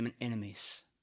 enemies